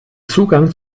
zugang